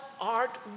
art